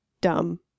dumb